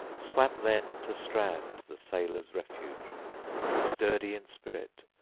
swam then to strand the sailors'-refuge, sturdy-in-spirit,